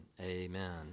amen